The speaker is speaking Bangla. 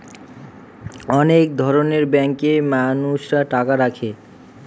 অনেক ধরনের ব্যাঙ্কে মানুষরা টাকা রাখে